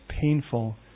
painful